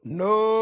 no